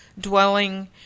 dwelling